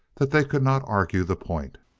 that they could not argue the point.